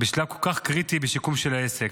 בשלב כל כך קריטי של שיקום העסק.